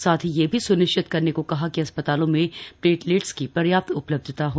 साथ ही यह भी स्निश्चित करने को कहा कि अस्पतालों में प्लेटलेट्स की पर्याप्त उपलब्धता हो